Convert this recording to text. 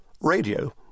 radio